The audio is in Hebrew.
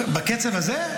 בקצב הזה?